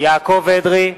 יעקב אדרי,